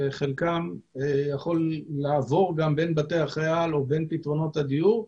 חלקם יכול לעבור גם בין בתי החייל או בין פתרונות הדיור,